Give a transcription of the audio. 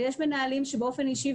ויש מנהלים שבאופן אישי,